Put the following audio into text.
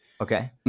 Okay